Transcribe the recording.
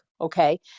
okay